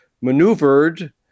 maneuvered